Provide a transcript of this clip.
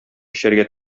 эчәргә